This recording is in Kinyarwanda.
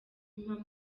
impamo